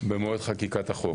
במועד חקיקת החוק,